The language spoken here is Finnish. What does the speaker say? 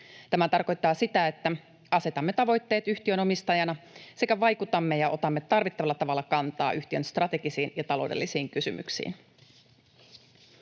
Tämä tarkoittaa sitä, että asetamme tavoitteet yhtiön omistajana sekä vaikutamme ja otamme tarvittavalla tavalla kantaa yhtiön strategisiin ja taloudellisiin kysymyksiin.